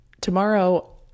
Tomorrow